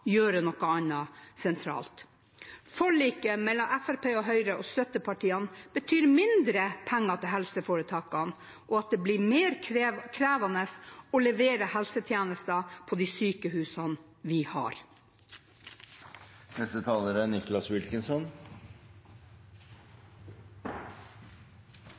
gjøre noe annet sentralt». Forliket mellom Fremskrittspartiet, Høyre og støttepartiene betyr mindre penger til helseforetakene og at det blir mer krevende å levere helsetjenester på de sykehusene vi